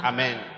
Amen